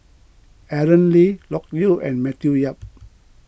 Aaron Lee Loke Yew and Matthew Yap